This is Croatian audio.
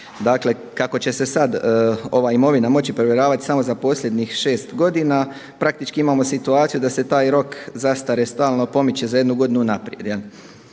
Dakle, kako će sad ova imovina moći provjeravati samo za posljednjih šest godina praktički imamo situaciju da se taj rok zastare stalno pomiče za jednu godinu unaprijed.